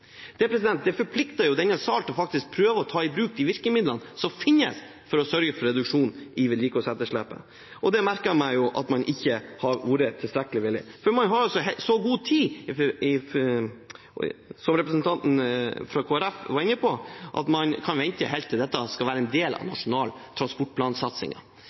forplikter denne sal til faktisk å prøve å ta i bruk de virkemidlene som finnes, for å sørge for reduksjon i vedlikeholdsetterslepet. Det merker jeg meg at man ikke har vært tilstrekkelig villig til, for man har så god tid, som representanten fra Kristelig Folkeparti var inne på, at man kan vente helt til dette blir en del av